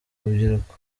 rubyiruko